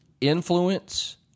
influence